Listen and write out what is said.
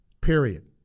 Period